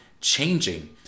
changing